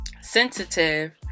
sensitive